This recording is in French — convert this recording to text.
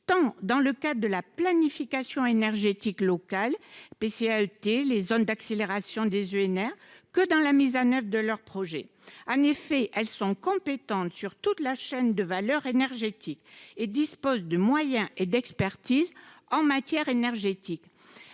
tant dans le cadre de la planification énergétique locale – PCAET, zones d’accélération de la production d’énergies renouvelables (ENR) – que dans la mise en œuvre de leurs projets. En effet, elles sont compétentes sur toute la chaîne de valeurs énergétiques et disposent de moyens et d’expertise en matière énergétique.